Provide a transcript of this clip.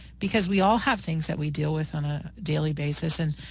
because we all have things that we deal with on a daily basis and,